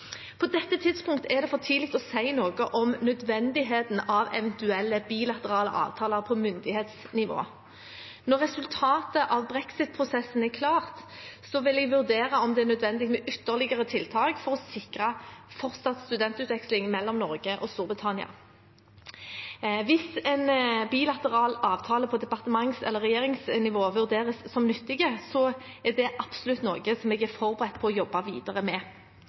På dette tidspunktet er det for tidlig å si noe om nødvendigheten av eventuelle bilaterale avtaler på myndighetsnivå. Når resultatet av brexit-prosessen er klart, vil jeg vurdere om det er nødvendig med ytterligere tiltak for å sikre fortsatt studentutveksling mellom Norge og Storbritannia. Hvis en bilateral avtale på departements- eller regjeringsnivå vurderes som nyttig, er det absolutt noe jeg er forberedt på å jobbe videre med.